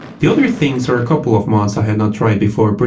the other things are a couple of mods i had not tried before, but